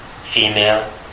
female